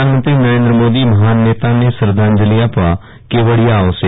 પ્રધાનમંત્રી નરેન્દ્ર મોદી મહાન નેતાને શ્રધ્યાંજલિ આપવા કેવડીયા આવશે